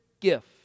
gift